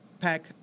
Pack